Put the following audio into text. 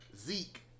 Zeke